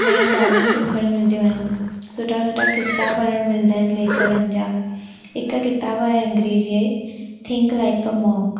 नयूं ॻाल्हियूं सिखणु मिलदियूं आहिनि सुठा सुठा किसा पढ़णु मिलंदा आहिनि लेखकनि जा हिकु किताबु आहे अंग्रेजीअ जी थिंक लाइक अ मॉन्क